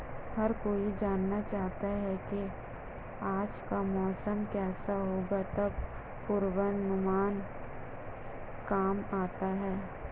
हर कोई जानना चाहता है की आज का मौसम केसा होगा तब पूर्वानुमान काम आता है